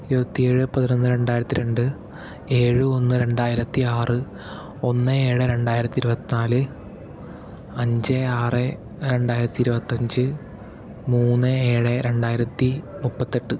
ഇരുപത്തി ഏഴ് പതിനൊന്ന് രണ്ടായിരത്തി രണ്ട് ഏഴ് ഒന്ന് രണ്ടായിരത്തി ആറ് ഒന്ന് ഏഴ് രണ്ടായിരത്തി ഇരുപത്തി നാല് അഞ്ച് ആറ് രണ്ടായിരത്തി ഇരുപത്തഞ്ച് മൂന്ന് ഏഴ് രണ്ടായിരത്തി മുപ്പത്തെട്ട്